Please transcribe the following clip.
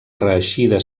reeixida